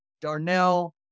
Darnell